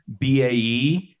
BAE